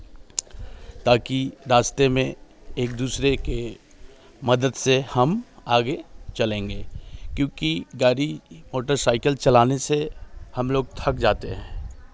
ताकि रास्ते में एक दूसरे के मदद से हम आगे चलेंगे क्योंकि गाड़ी मोटर साइकिल चलाने से हम लोग थक जाते हैं